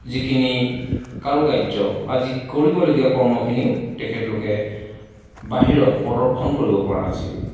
যিখিনি কাৰুকাৰ্য বা যি কৰিবলগীয়া কৰ্মখিনিও তেখেতলোকে বাহিৰত প্ৰদৰ্শন কৰিব পৰা নাছিল